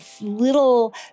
little